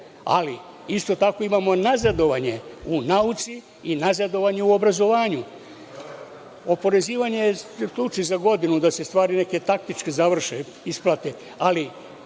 ali isto tako imamo i nazadovanje u nauci i nazadovanje u obrazovanju. Oporezivanje je ključ i za godinu, da se neke stvari završe, isplate,